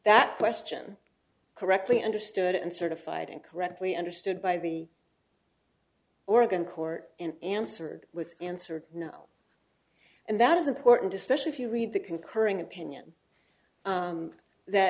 that question correctly understood and certified and correctly understood by the oregon court in answered was answered no and that is important especially if you read the concurring opinion that